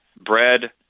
Bread